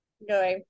No